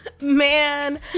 Man